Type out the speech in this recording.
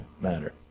matter